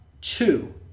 two